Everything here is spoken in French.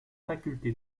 faculté